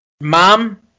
Mom